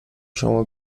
شما